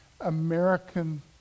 American